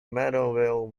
merivale